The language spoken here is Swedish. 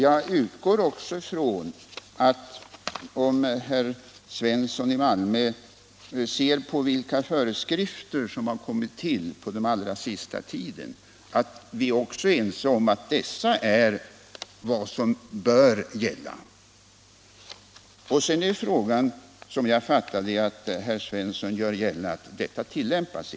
Jag utgår också ifrån att — om herr Svensson i Malmö ser på vilka föreskrifter som har kommit till på den allra sista tiden — vi också är ense om att dessa är vad som bör gälla. Sedan gör herr Svensson, så som jag fattade det, gällande att detta inte tillämpas.